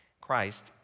Christ